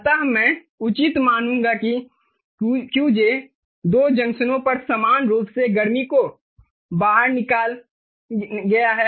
अतः मैं उचित मानूंगा कि Qj 2 जंक्शनों पर समान रूप से गर्मी को बाहर निकाला गया है